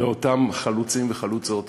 לאותם חלוצים וחלוצות